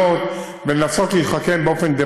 אז אם רוצים לדבר ענייניות,